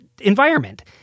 environment